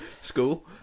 school